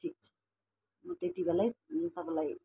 ठिक छ म त्यति बेलै म तपाईँलाई